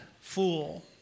fool